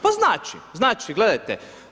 Pa znači, znači, gledajte.